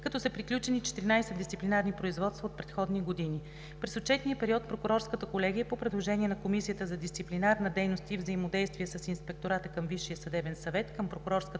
като са приключени 14 дисциплинарни производства от предходни години. През отчетния период Прокурорската колегия, по предложение на „Комисията за дисциплинарна дейност и взаимодействие с Инспектората към Висшия съдебен съвет“ към Прокурорската